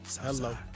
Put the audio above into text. Hello